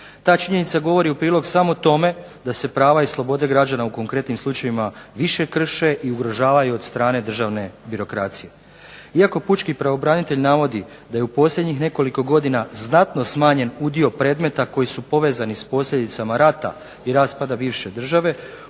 Ta činjenica govori samo u prilog tome da se prava i slobode građana u konkretnim slučajevima više krše i ugrožavaju od strane državne birokracije. Iako pučki pravobranitelj navodi da je u posljednjih nekoliko godina znatno smanjen udio predmeta koji su povezani s posljedicama rata i raspada bivše države